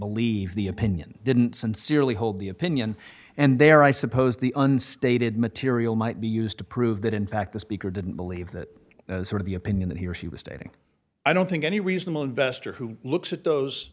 believe the opinion didn't sincerely hold the opinion and there i suppose the unstated material might be used to prove that in fact the speaker didn't believe that sort of the opinion that he or she was stating i don't think any reasonable investor who looks at those